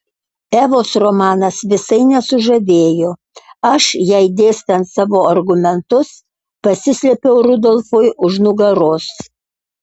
evos romanas visai nesužavėjo aš jai dėstant savo argumentus pasislėpiau rudolfui už nugaros